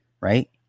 right